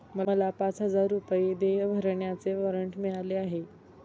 मला पाच हजार रुपये देय भरण्याचे वॉरंट मिळाले आहे